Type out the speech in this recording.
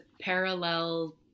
parallel